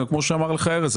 כמו שאמר לך ארז,